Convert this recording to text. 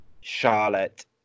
Charlotte